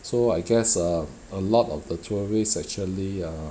so I guess err a lot of the tourists actually uh